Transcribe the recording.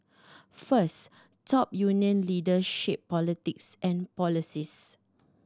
first top union leaders shape politics and policies